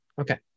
okay